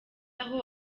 aho